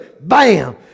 Bam